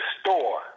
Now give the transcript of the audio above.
store